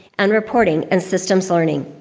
and reporting and systems learning.